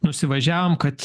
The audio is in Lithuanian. nusivažiavom kad